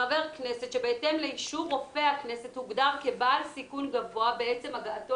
חבר כנסת שבהתאם לאישור רופא הכנסת הוגדר כבעל סיכון גבוה בעצם הגעתו